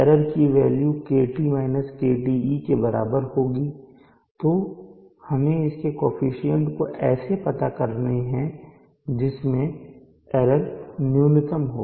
error की value K T K Te के बराबर होगी और हमें इनके कोअफिशन्ट ऐसे पता करने हैं जिससे एरर न्यूनतम हो